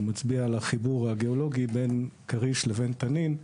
מצביע על החיבור הגיאולוגי בין כריש לבין תנין,